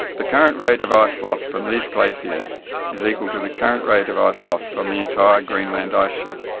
the current rate of ice lost from these glaciers is equal to the current rate of ice lost from the entire greenland ice sheet.